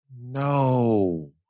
No